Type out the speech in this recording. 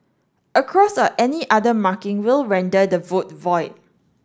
a cross or any other marking will render the vote void